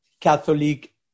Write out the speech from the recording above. Catholic